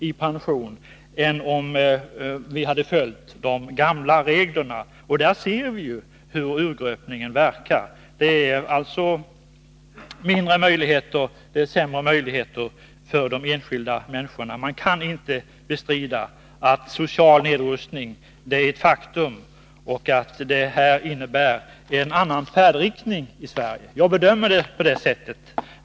mindre än om de gamla reglerna hade följts. Där ser vi hur urgröpningen verkar. Det har alltså skett en försämring för de enskilda människorna. Det går inte att bestrida att den sociala nedrustningen är ett faktum och att den borgerliga regeringens politik innebär en annan färdriktning än tidigare.